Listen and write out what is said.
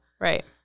right